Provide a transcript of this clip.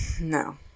no